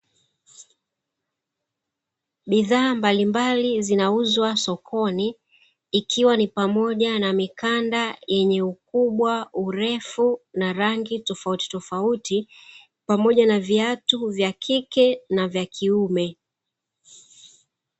Bidhaa mbalimbali zinauzwa sokoni ikiwa ni pamoja na mikanda yenye ukubwa, urefu na rangi tofautitofauti pamoja na viatu vya kike na vya kiume.